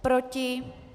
Proti?